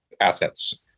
assets